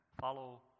follow